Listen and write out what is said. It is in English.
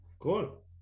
Cool